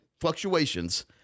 fluctuations